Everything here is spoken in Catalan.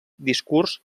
discurs